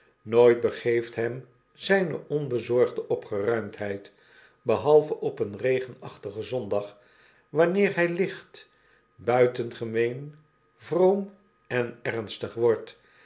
nooit begeeft hem zyne onbezorgde opgeruimdheid behalve op een regenachtigen zondag wanneer hij licht buitengemeen vroom en ernstig wordt